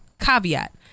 caveat